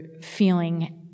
feeling